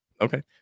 okay